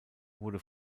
wurde